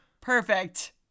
Perfect